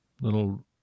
little